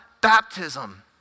baptism